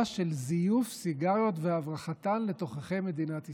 של זיוף סיגריות והברחתן לתוככי מדינת ישראל.